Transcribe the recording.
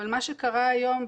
אבל מה שקרה היום,